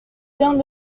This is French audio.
vient